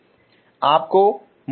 आपको −d0−d10 मिलता है